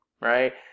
right